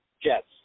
Jets